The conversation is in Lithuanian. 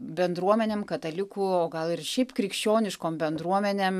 bendruomenėm katalikų o gal ir šiaip krikščioniškom bendruomenėm